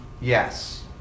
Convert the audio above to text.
Yes